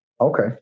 Okay